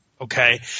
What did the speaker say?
Okay